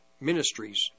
ministries